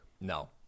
No